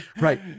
Right